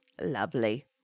lovely